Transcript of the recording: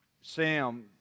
Sam